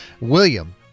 William